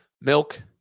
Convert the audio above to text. milk